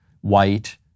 white